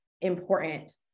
important